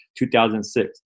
2006